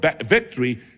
victory